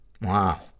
Wow